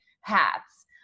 hats